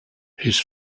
his